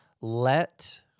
Let